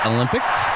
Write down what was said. Olympics